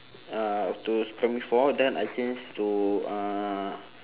uh up to primary four then I change to uh